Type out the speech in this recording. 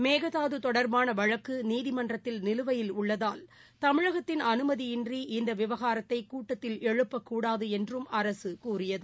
மேகதாதுதொடா்பானவழக்குநீதிமன்றத்தில் நிலுவையில் உள்ளதால் தமிழகத்தின் அனுமதியின்றி இந்தவிவகாரத்தைகூட்டத்தில் எழுப்பக்கூடாதுஎன்றும் அரசுகூறியது